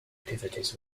activities